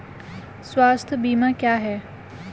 स्वास्थ्य बीमा क्या है?